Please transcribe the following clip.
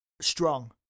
Strong